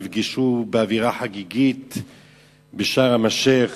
נפגשו באווירה חגיגית בשארם-א-שיח',